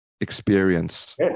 experience